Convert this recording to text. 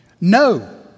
no